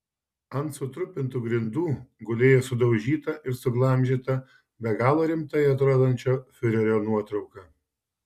ant sutrupintų grindų gulėjo sudaužyta ir suglamžyta be galo rimtai atrodančio fiurerio nuotrauka